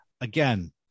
Again